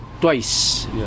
twice